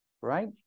right